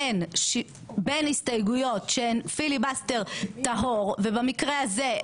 בין הסתייגויות שהן פיליבסטר טהור ובמקרה הזה,